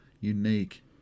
unique